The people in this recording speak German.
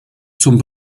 zum